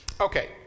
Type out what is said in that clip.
Okay